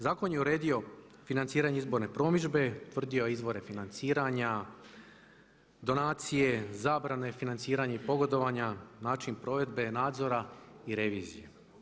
Zakon je uredio financiranje izborne promidžbe, utvrdio je izvore financiranja, donacije, zabrane financiranja i pogodovanja, način provedbe nadzora i revizije.